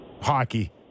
hockey